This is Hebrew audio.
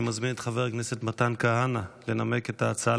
אני מזמין את חבר הכנסת מתן כהנא לנמק את ההצעה